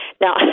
Now